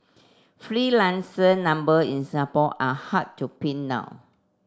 freelancer number in Singapore are hard to pin down